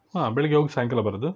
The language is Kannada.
ಹಾಂ ಬೆಳಿಗ್ಗೆ ಹೋಗಿ ಸಾಯಂಕಾಲ ಬರೋದು